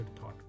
thought